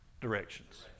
directions